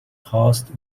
خواست